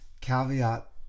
caveat